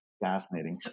fascinating